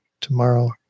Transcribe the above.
tomorrow